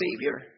Savior